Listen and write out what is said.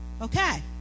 okay